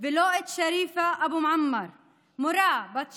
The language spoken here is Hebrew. ולא את שריפה אבו מועמר, מורה בת 30,